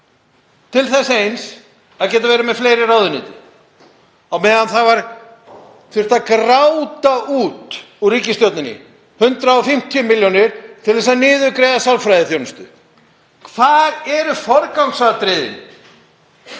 til þess eins að geta verið með fleiri ráðuneyti á meðan það þurfti að gráta út úr ríkisstjórninni 150 milljónir til að niðurgreiða sálfræðiþjónustu. Hvar eru forgangsatriðin,